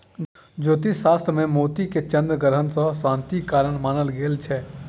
ज्योतिष शास्त्र मे मोती के चन्द्र ग्रह के शांतिक कारक मानल गेल छै